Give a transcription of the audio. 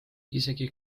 isegi